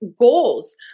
goals